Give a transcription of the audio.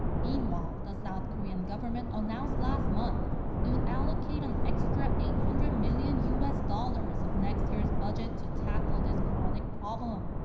meanwhile. the south korean government announced last month it would allocate an extra eight hundred million u s. dollars of next year's budget to tackle this chronic problem.